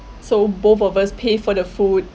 so both of us pay for the food